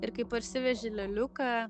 ir kaip parsiveži leliuką